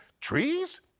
trees